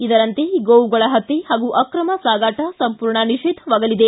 ಇದರಂತೆ ಗೋವುಗಳ ಹತ್ಯೆ ಹಾಗೂ ಅಕ್ರಮ ಸಾಗಾಟ ಸಂಪೂರ್ಣ ನಿಷೇಧವಾಗಲಿದೆ